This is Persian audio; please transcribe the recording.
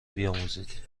بیاموزید